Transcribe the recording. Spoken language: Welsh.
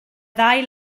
ddau